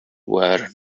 where